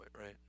right